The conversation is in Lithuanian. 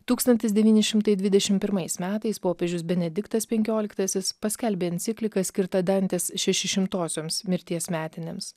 tūkstantis devyni šimtai dvidešimt pirmais metais popiežius benediktas penkioliktasis paskelbė encikliką skirtą dantės šešišimtosioms mirties metinėms